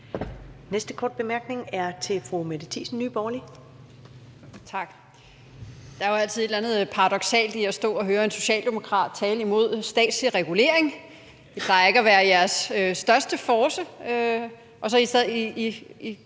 næste korte bemærkning er til fru Mette Thiesen, Nye